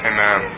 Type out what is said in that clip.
Amen